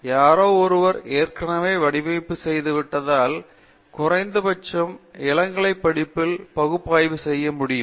யாரோ ஒருவர் ஏற்கனவே வடிவமைப்பு செய்துவிட்டால் குறைந்தபட்சம் இளங்கலை பட்டப்படிப்பில் பகுப்பாய்வு செய்ய முடியும்